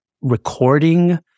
recording